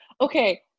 okay